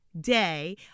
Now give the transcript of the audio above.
day